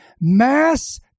mass